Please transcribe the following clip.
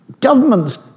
Government's